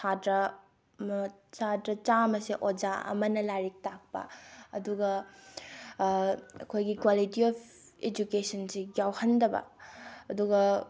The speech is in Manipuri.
ꯁꯥꯇ꯭ꯔ ꯁꯥꯇ꯭ꯔ ꯆꯥꯝꯃꯁꯦ ꯑꯣꯖꯥ ꯑꯃꯅ ꯂꯥꯏꯔꯤꯛ ꯇꯥꯛꯄ ꯑꯗꯨꯒ ꯑꯩꯈꯣꯏꯒꯤ ꯀ꯭ꯋꯥꯂꯤꯇꯤ ꯑꯣꯐ ꯏꯖꯨꯀꯦꯁꯟꯁꯤ ꯌꯥꯎꯍꯟꯗꯕ ꯑꯗꯨꯒ